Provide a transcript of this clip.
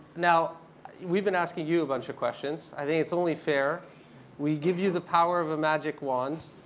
now we've been asking you a bunch of questions. i think it's only fair we give you the power of a magic wand,